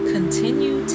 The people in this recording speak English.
Continue